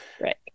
Right